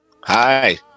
Hi